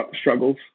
struggles